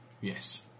Yes